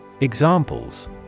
Examples